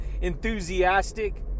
enthusiastic